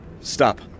Stop